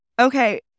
okay